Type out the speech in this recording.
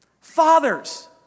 Fathers